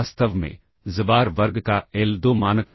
वास्तव में xbar वर्ग का l2 मानक